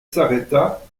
s’arrêta